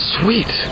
Sweet